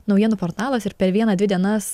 naujienų portalas ir per vieną dvi dienas